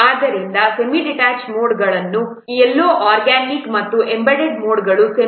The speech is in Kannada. ಆದ್ದರಿಂದ ಸೆಮಿಡಿಟ್ಯಾಚ್ಡ್ ಮೋಡ್ ಉತ್ಪನ್ನಗಳು ಎಲ್ಲೋ ಈ ಆರ್ಗ್ಯಾನಿಕ್ ಮತ್ತು ಎಂಬೆಡೆಡ್ ಮೋಡ್ಗಳ ಸೆಮಿಡಿಟ್ಯಾಚ್ಡ್ ಮೋಡ್ನ ನಡುವೆ ಇರುತ್ತವೆ